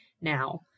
now